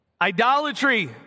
Idolatry